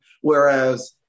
Whereas